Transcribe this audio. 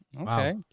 Okay